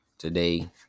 today